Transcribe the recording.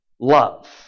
love